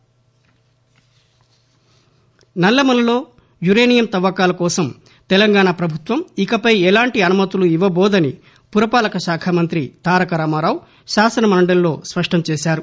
KTR council నల్లమలలో uranium తవ్వకాలకోసం తెలంగాణ పభుత్వం ఇకపై ఎలాంటి అనుమతులు ఇవ్వబోదని పురపాలక శాఖమంతి తారక రామారావు శాసనమండలిలో స్పష్టం చేశారు